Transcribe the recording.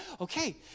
okay